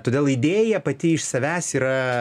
todėl idėja pati iš savęs yra